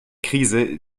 krise